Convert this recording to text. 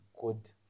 good